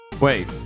Wait